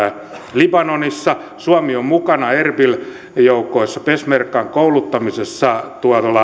libanonissa suomi on mukana erbil joukoissa peshmergan kouluttamisessa